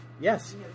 Yes